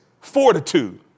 fortitude